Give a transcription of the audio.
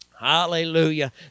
Hallelujah